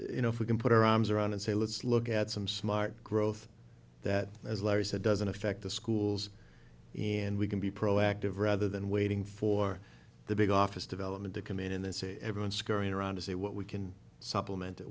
you know if we can put our arms around and say let's look at some smart growth that as larry said doesn't affect the schools and we can be proactive rather than waiting for the big office development to come in and then say everyone scurrying around to see what we can supplement it